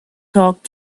talk